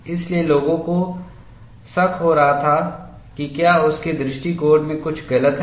इसलिए लोगों को शक हो रहा था कि क्या उसके दृष्टिकोण में कुछ गलत है